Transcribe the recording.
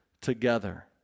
together